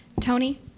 Tony